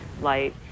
light